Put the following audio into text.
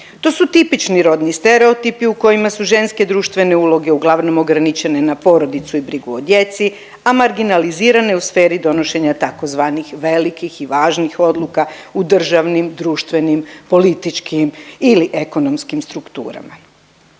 To su tipični rodni stereotipi u kojima su ženske društvene uloge uglavnom ograničene na porodicu i brigu o djecu, a marginalizirane u sferi donošenja, tzv. velikih i važnih odluka u državnim, društvenim, političkim ili ekonomskim strukturama.